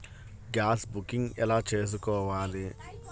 Gas booking ఎలా చేసుకోవాలి?